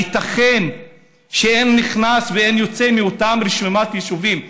הייתכן שאין נכנס ואין יוצא מאותה רשימת יישובים,